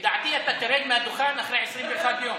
לדעתי אתה תרד מהדוכן אחרי 21 יום,